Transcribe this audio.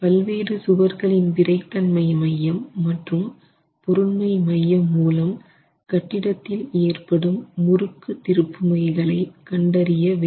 பல்வேறு சுவர்களின் விறைத்தன்மை மையம் மற்றும் பொருண்மை மையம் மூலம் கட்டிடத்தில் ஏற்படும் முறுக்கு திருப்புமைகளை கண்டறிய வேண்டும்